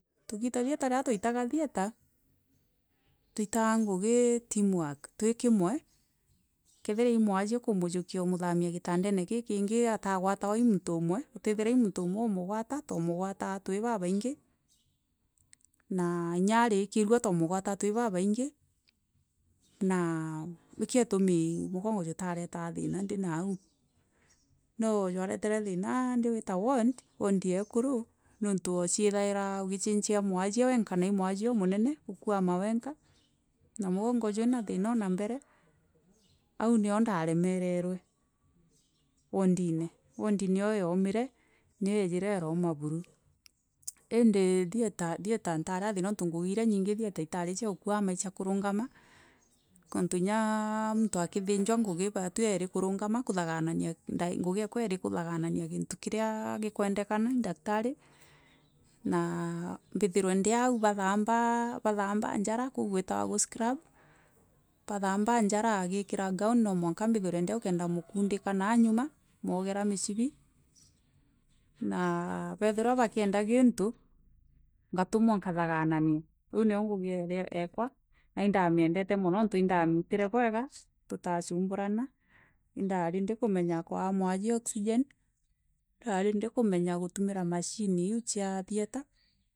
Tûgita thieta rira twariraga thieta twaitaga ngûgi team work twi kimwe, kethira, mwasie kûmwûkia ûmûthamia gitanrene ki kingi atagwatagwa, mûnto ûmwe ûtithirwa mûntû ûmwe ûmûgwara twamûgwara twi babaingi na inha arkirûa wa mûgwana twi babaingi na ikio itûmi misgongo jûfarefaa thina ndi naû no jwarerere thina ndi gûta wond, wondi ya ekûrû wachiethana isgichincha mwachio wenka na imwasie ûmûnene ûkwoma wenka.